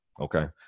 okay